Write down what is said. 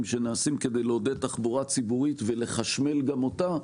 שנעשים כדי לעודד תחבורה ציבורית ולחשמל גם אותה,